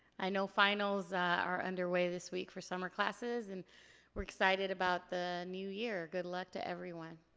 i know finals are under way this week for summer classes and we're excited about the new year. good luck to everyone.